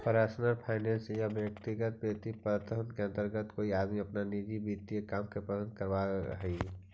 personal finance या व्यक्तिगत वित्तीय प्रबंधन के अंतर्गत कोई आदमी अपन निजी वित्तीय काम के प्रबंधन करऽ हई